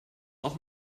auch